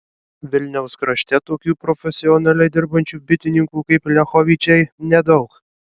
vilniaus krašte tokių profesionaliai dirbančių bitininkų kaip liachovičiai nedaug